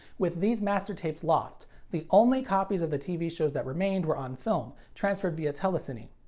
with these master tapes lost, the only copy of the tv shows that remained were on film, transferred via telecine.